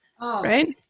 right